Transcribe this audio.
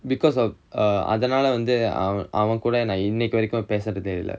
because of அதனால வந்து அவ அவன்கூட இன்னைக்கு வரைக்கும் பேசறது இல்ல:athanaala vanthu ava avankooda innaikku varaikkum pesarathu illa